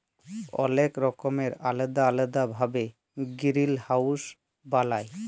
অলেক রকমের আলেদা আলেদা ভাবে গিরিলহাউজ বালায়